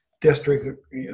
district